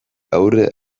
aurre